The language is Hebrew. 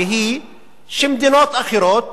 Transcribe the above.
והיא שמדינות אחרות